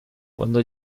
cuando